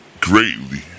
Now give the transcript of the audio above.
greatly